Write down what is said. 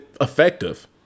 effective